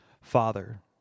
Father